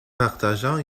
partageant